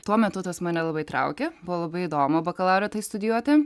tuo metu tas mane labai traukė buvo labai įdomu bakalaure tai studijuoti